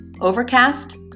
Overcast